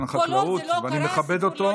להגיד שאני